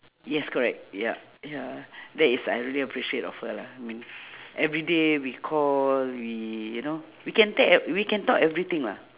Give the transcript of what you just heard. yes correct yup ya that is I really appreciate of her lah I mean everyday we call we you know we can take we can talk everything lah